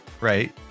Right